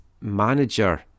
manager